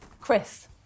Chris